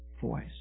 voice